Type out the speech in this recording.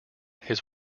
his